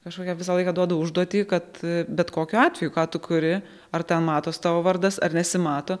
kažkokią visą laiką duodu užduotį kad bet kokiu atveju ką tu kuri ar ten matosi tavo vardas ar nesimato